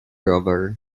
rower